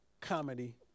comedy